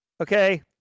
okay